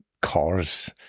cars